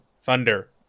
thunder